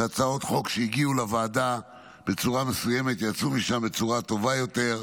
ושהצעות חוק שהגיעו לוועדה בצורה מסוימת יצאו משם בצורה טובה יותר,